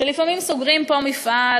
שלפעמים סוגרים פה מפעל,